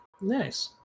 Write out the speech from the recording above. nice